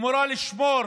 שאמורה לשמור